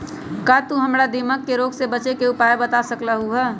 का तू हमरा दीमक के रोग से बचे के उपाय बता सकलु ह?